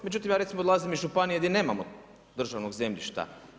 Međutim, ja recimo dolazim iz županije, gdje nemamo državnog zemljišta.